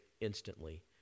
instantly